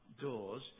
doors